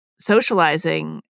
socializing